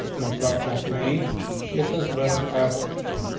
and i'm sorry. not main cia says but style css.